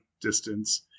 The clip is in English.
distance